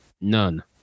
None